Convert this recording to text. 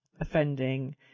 offending